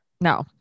No